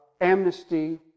amnesty